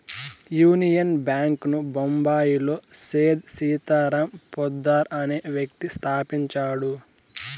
union Bank ను బొంబాయిలో సేథ్ సీతారాం పోద్దార్ అనే వ్యక్తి స్థాపించాడు